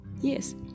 yes